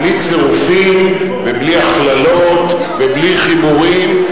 בלי צירופים, בלי הכללות ובלי חיבורים.